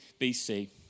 BC